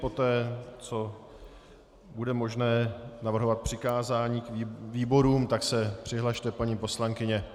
Poté co bude možné navrhovat přikázání výborům, tak se přihlaste, paní poslankyně.